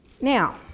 Now